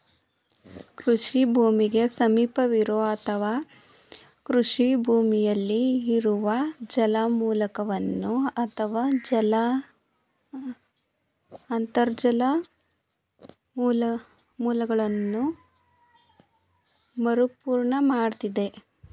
ಕೃಷಿ ಭೂಮಿಗೆ ಸಮೀಪವಿರೋ ಅಥವಾ ಕೃಷಿ ಭೂಮಿಯಲ್ಲಿ ಇರುವ ಜಲಮೂಲಗಳನ್ನು ಅಥವಾ ಅಂತರ್ಜಲ ಮೂಲಗಳನ್ನ ಮರುಪೂರ್ಣ ಮಾಡ್ತದೆ